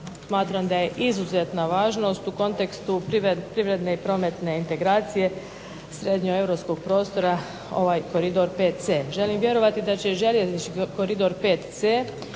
smatram da je izuzetna važnost u kontekstu privredne i prometne integracije srednjoeuropskog prostora ovaj koridor VC. Želim vjerovati da će i željeznički koridor VC